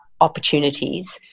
opportunities